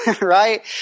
right